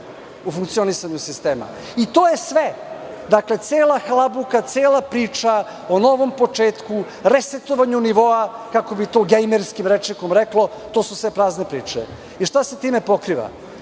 u funkcionisanju sistema, i to je sve. Dakle, cela halabuka, cela priča o novom početku, resetovanju nivoa, kako bi se to gejmerskim rečnikom reklo, to su sve prazne priče, i šta se time pokriva?